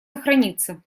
сохранится